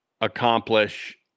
accomplish